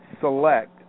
Select